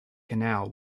canal